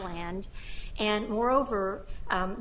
land and moreover